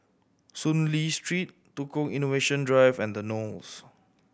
Soon Lee Street Tukang Innovation Drive and The Knolls